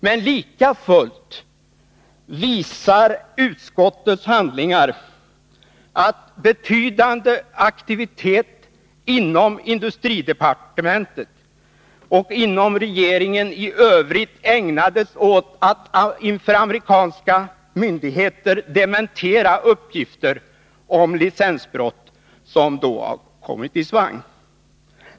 Men lika fullt visar utskottets handlingar att en betydande aktivitet inom industridepartementet och inom regeringen i övrigt ägnades åt att inför amerikanska myndigheter dementera de uppgifter om licensbrott som då hade kommit i svang.